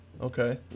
Okay